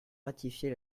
ratifier